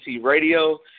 radio